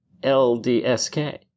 LDSK